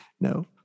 No